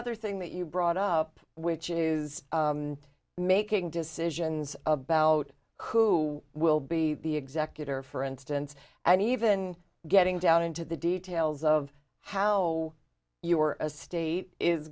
other thing that you brought up which is making decisions about who will be the executor for instance and even getting down into the details of how you are a state is